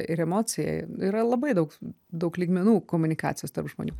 ir emocija yra labai daug daug lygmenų komunikacijos tarp žmonių